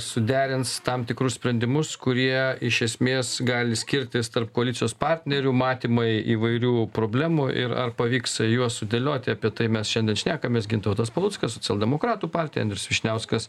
suderins tam tikrus sprendimus kurie iš esmės gali skirtis tarp koalicijos partnerių matymai įvairių problemų ir ar pavyks juos sudėlioti apie tai mes šiandien šnekamės gintautas paluckas socialdemokratų partija andrius vyšniauskas